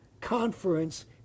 conference